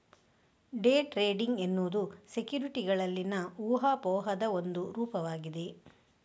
day trading ಎನ್ನುವುದು ಸೆಕ್ಯುರಿಟಿಗಳಲ್ಲಿನ ಊಹಾಪೋಹದ ಒಂದು ರೂಪವಾಗಿದೆ